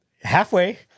Halfway